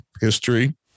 history